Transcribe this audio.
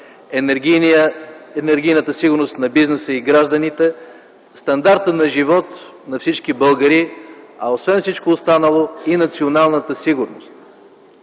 енергийната сигурност на бизнеса и гражданите, стандарта на живот на всички българи, а освен всичко останало, и националната сигурност.